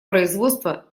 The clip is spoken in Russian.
производства